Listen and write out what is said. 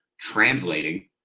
translating